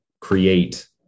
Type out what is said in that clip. create